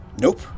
Nope